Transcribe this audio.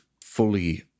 fully